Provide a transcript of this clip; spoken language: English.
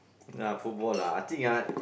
ya football lah I think ah